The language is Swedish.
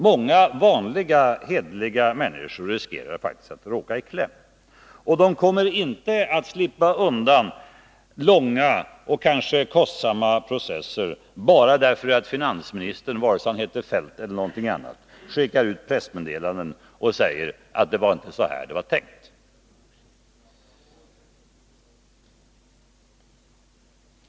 Många vanliga, hederliga människor riskerar faktiskt att råka i kläm. Och de kommer inte att slippa undan långa och kanske kostsamma processer bara därför att finansministern — vare sig han heter Feldt eller något annat — skickar ut pressmeddelanden och säger att det var inte så här det var tänkt.